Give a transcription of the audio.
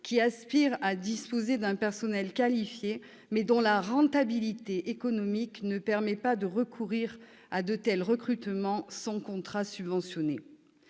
qui aspirent à disposer d'un personnel qualifié, mais dont la rentabilité économique ne permet pas de recourir à de tels recrutements sans contrats subventionnés.